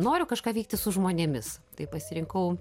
noriu kažką veikti su žmonėmis tai pasirinkau